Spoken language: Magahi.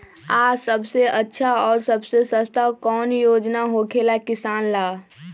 आ सबसे अच्छा और सबसे सस्ता कौन योजना होखेला किसान ला?